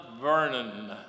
Vernon